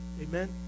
Amen